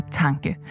tanke